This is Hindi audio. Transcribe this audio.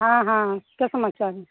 हाँ हाँ क्या समाचार हैं